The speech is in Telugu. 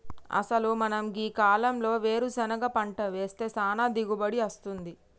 అసలు మనం గీ కాలంలో వేరుసెనగ పంట వేస్తే సానా దిగుబడి అస్తుంది